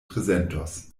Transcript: prezentos